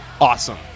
awesome